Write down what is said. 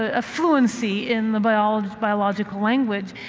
a fluency in the biological biological language,